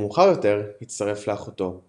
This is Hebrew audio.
ומאוחר יותר הצטרף לאחותו.